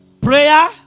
Prayer